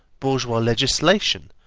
bourgeois legislation,